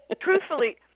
truthfully